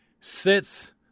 sits